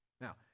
Now